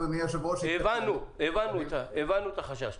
אדוני היושב-ראש -- הבנו את החשש.